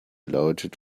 lautet